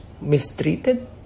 mistreated